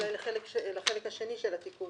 אולי לחלק השני של התיקון.